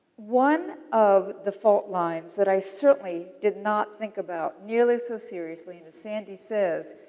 one of the fault lines that i certainly did not think about nearly so seriously, and as sandy says,